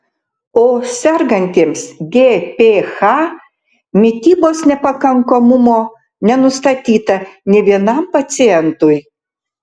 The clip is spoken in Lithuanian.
o sergantiems gph mitybos nepakankamumo nenustatyta nė vienam pacientui